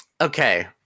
Okay